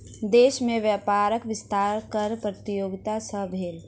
देश में व्यापारक विस्तार कर प्रतियोगिता सॅ भेल